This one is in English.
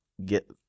Get